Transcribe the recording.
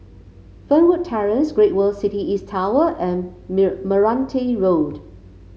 Fernwood Terrace Great World City East Tower and Meranti Road